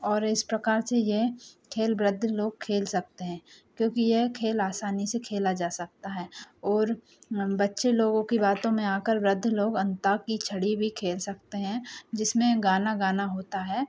और इस प्रकार से ये खेल वृद्ध लोग खेल सकते हैं क्योंकि यह खेल आसानी से खेला जा सकता है ओर बच्चे लोगों की बातों में आकर वृद्ध लोग अंता की छड़ी भी खेल सकते हैं जिसमें गाना गाना होता है